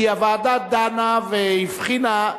כי הוועדה דנה והבחינה,